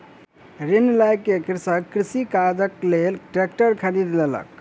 ऋण लय के कृषक कृषि काजक लेल ट्रेक्टर खरीद लेलक